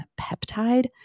peptide